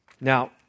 Now